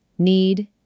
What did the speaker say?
need